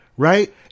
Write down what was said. Right